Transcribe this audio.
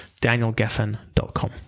danielgeffen.com